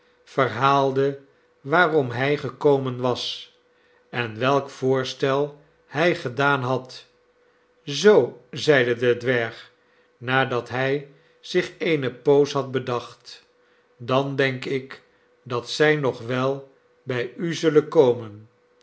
verhaalde waarom hij gekomen was en welk voorstel hij gedaan had zoo zeide de dwerg nadat hij zich eene poos had bedacht dan denk ik dat z'y nog wel bij u zullen komen